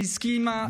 שהסכימה.